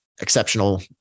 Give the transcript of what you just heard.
exceptional